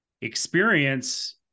experience